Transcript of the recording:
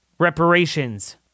Reparations